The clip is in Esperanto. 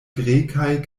grekaj